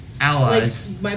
Allies